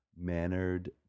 mannered